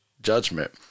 judgment